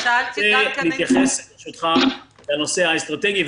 אתייחס ברשותך לנושא האסטרטגי.